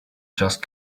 just